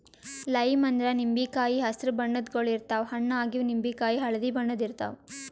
lime ಅಂದ್ರ ನಿಂಬಿಕಾಯಿ ಹಸ್ರ್ ಬಣ್ಣದ್ ಗೊಳ್ ಇರ್ತವ್ ಹಣ್ಣ್ ಆಗಿವ್ ನಿಂಬಿಕಾಯಿ ಹಳ್ದಿ ಬಣ್ಣದ್ ಇರ್ತವ್